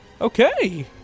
Okay